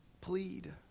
Plead